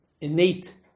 innate